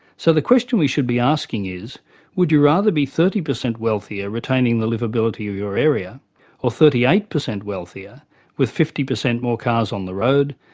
so the question we should be asking is would you rather be thirty percent wealthier retaining the liveability of your area or thirty eight percent wealthier with fifty percent more cars on the road,